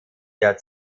der